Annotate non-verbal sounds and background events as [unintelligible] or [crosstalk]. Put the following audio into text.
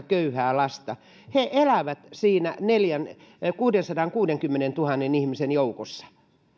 [unintelligible] köyhää lasta he elävät siinä kuudensadankuudenkymmenentuhannen ihmisen joukossa